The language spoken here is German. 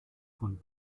von